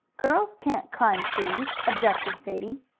girls can't climb trees, objected sadie.